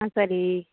ஆ சரி